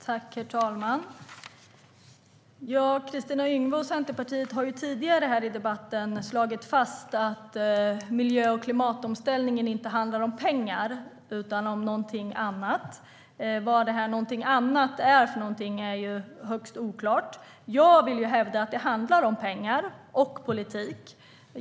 Herr talman! Kristina Yngwe och Centerpartiet har tidigare här i debatten slagit fast att miljö och klimatomställningen inte handlar om pengar utan om något annat. Men vad något annat är är högst oklart. Jag vill hävda att det handlar om pengar och politik.